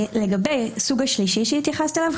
לגבי הסוג השלישי שהתייחסת אליו,